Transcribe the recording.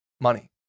money